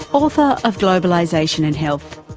author of globalization and health.